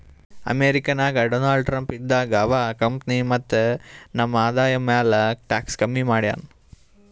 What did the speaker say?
America ನಾಗ್ Donald Trump ಇದ್ದಾಗ ಅವಾ ಕಂಪನಿ ಮತ್ತ ನಮ್ದು ಆದಾಯ ಮ್ಯಾಲ ಟ್ಯಾಕ್ಸ್ ಕಮ್ಮಿ ಮಾಡ್ಯಾನ್